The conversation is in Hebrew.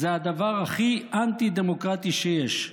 זה הדבר הכי אנטי-דמוקרטי שיש.